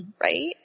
Right